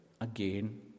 again